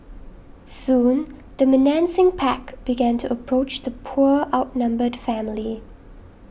soon the menacing pack began to approach the poor outnumbered family